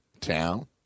town